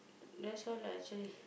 that's all lah actually